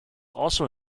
also